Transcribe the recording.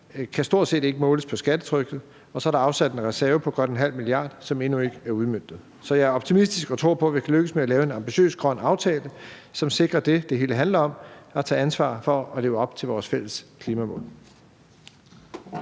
kan stort set ikke måles på skattetrykket. Og så er der afsat en reserve på godt 0,5 mia. kr., som endnu ikke er udmøntet. Så jeg er optimistisk og tror på, at vi kan lykkes med at lave en ambitiøs grøn aftale, som sikrer det, det hele handler om, og tager ansvar for at leve op til vores fælles klimamål.